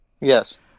yes